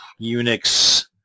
Unix